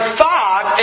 thought